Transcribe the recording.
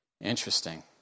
Interesting